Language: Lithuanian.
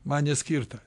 man neskirta